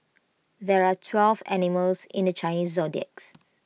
there are twelve animals in the Chinese zodiacs